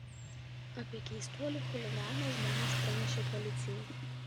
apie keistuolį chuliganą žmonės pranešė policijai